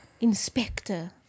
inspector